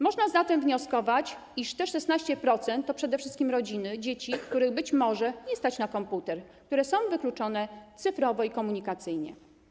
Można zatem wnioskować, iż te 16% to przede wszystkim rodziny, dzieci, których być może nie stać na komputer, które są wykluczone cyfrowo i komunikacyjnie.